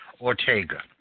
Ortega